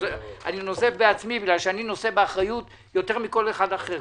אני נוזף בעצמי מכיוון שאני נושא באחריות יותר מכל אחד אחר.